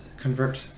convert